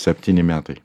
septyni metai